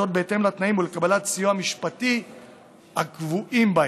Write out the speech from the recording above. בהתאם לתנאים לקבלת סיוע משפטי הקבועים בהם.